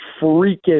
freakish